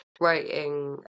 writing